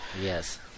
Yes